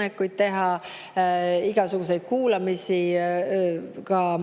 Igasuguseid kuulamisi ja ka